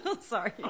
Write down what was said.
Sorry